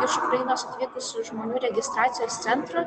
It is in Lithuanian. iš ukrainos atvykusių žmonių registracijos centro